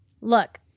look